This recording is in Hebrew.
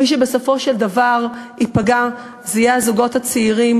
מי שבסופו של דבר ייפגעו אלה הזוגות הצעירים